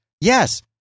yes